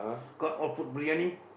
cut all put briyani